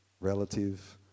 relative